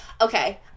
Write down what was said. Okay